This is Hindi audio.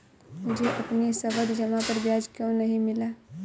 मुझे अपनी सावधि जमा पर ब्याज क्यो नहीं मिला?